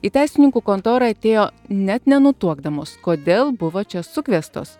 į teisininkų kontorą atėjo net nenutuokdamos kodėl buvo čia sukviestos